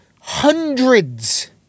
Hundreds